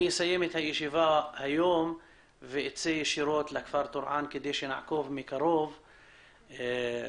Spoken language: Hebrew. בסיום הישיבה היום אצא ישירות לכפר טורעאן כדי לעקוב מקרוב אחרי